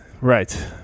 Right